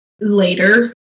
later